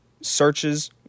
Searches